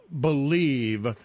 believe